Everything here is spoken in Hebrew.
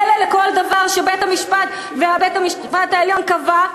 כלא לכל דבר שבית-המשפט העליון קבע,